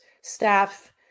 staff